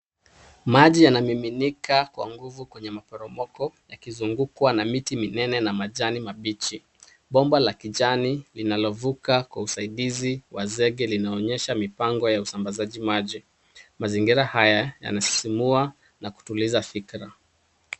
Maji yanamiminika kwa nguvu kwenye maporomoko yakizungukwa na miti minene na majani mabichi. Bomba la kijani linalovuka kwa usaidizi wa zenge linaonyesha mipango ya usambazaji maji. Mazingira haya yanasisimua na kutuliza fikra.